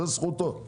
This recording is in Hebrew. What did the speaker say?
זאת זכותו,